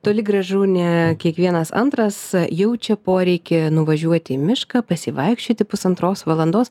toli gražu ne kiekvienas antras jaučia poreikį nuvažiuoti į mišką pasivaikščioti pusantros valandos